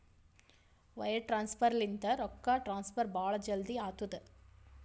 wire transfer ಲಿಂತ ರೊಕ್ಕಾ transfer ಭಾಳ್ ಜಲ್ದಿ ಆತ್ತುದ